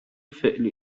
فعلی